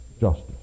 justice